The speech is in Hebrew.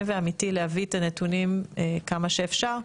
ואמיתי להביא את הנתונים כמה שאפשר,